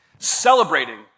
celebrating